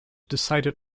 decided